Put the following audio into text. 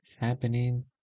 happening